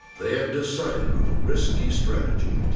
they had decided on a risky strategy.